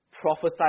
prophesied